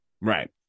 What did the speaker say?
Right